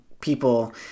people